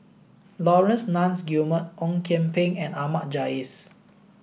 Laurence Nunns Guillemard Ong Kian Peng and Ahmad Jais